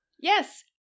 yes